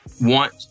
want